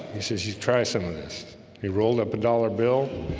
he says she's try some of this he rolled up a dollar bill